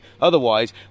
otherwise